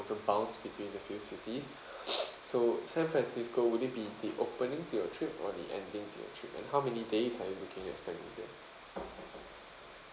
to bounce between the few cities so san francisco would it be the opening to your trip or the ending to your trip and how many days are you looking at spending there